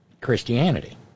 Christianity